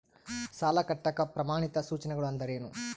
ಸಾಲ ಕಟ್ಟಾಕ ಪ್ರಮಾಣಿತ ಸೂಚನೆಗಳು ಅಂದರೇನು?